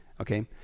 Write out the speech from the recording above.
okay